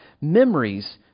memories